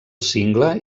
cingle